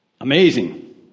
Amazing